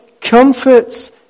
comforts